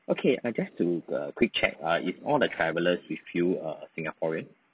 okay I just to err quick check err it's all the travellers with you uh singaporean